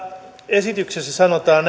esityksessä sanotaan